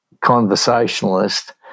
conversationalist